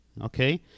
Okay